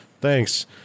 Thanks